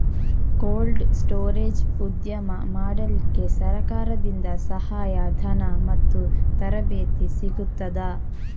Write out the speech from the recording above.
Cold storage ಉದ್ಯಮ ಮಾಡಲಿಕ್ಕೆ ಸರಕಾರದಿಂದ ಸಹಾಯ ಧನ ಮತ್ತು ತರಬೇತಿ ಸಿಗುತ್ತದಾ?